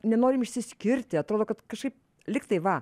nenorim išsiskirti atrodo kad kažkaip lygtai va